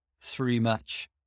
three-match